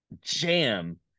jam